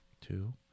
two